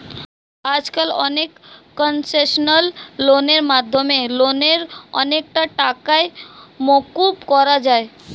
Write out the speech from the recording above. আজকাল অনেক কনসেশনাল লোনের মাধ্যমে লোনের অনেকটা টাকাই মকুব করা যায়